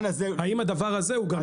האם הדבר הזה עוגן בחקיקה?